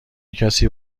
کسی